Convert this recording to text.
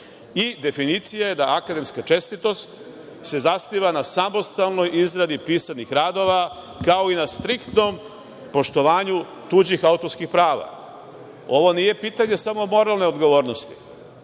Definicija da je akademska čestitost se zasniva na samostalnoj izradi pisanih radova, kao i na striktnom poštovanju tuđih autorskih prava. Ovo nije pitanje samo moralne odgovornosti,